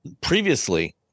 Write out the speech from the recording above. previously